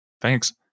Thanks